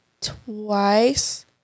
twice